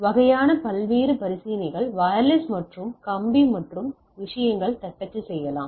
வகையான பல்வேறு பரிசீலனைகள் வயர்லெஸ் மற்றும் கம்பி மற்றும் விஷயங்கள் தட்டச்சு செய்யலாம்